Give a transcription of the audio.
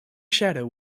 shadow